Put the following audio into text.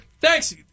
Thanks